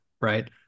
right